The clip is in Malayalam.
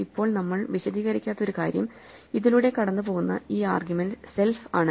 ഇപ്പോൾ നമ്മൾ വിശദീകരിക്കാത്ത ഒരു കാര്യം ഇതിലൂടെ കടന്നുപോകുന്ന ഈ ആർഗ്യുമെന്റ് സെൽഫ് ആണ്